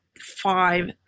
five